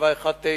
5719,